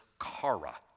kara